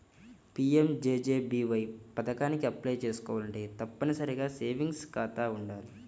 PMJJBY పథకానికి apply చేసుకోవాలంటే తప్పనిసరిగా సేవింగ్స్ ఖాతా వుండాలి